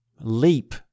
leap